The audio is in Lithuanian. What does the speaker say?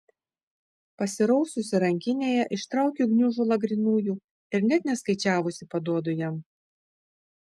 pasiraususi rankinėje ištraukiu gniužulą grynųjų ir net neskaičiavusi paduodu jam